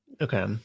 Okay